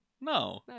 No